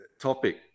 topic